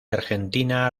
argentina